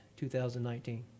2019